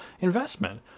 investment